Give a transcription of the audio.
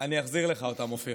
אני אחזיר לך, אופיר,